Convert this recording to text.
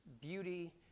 beauty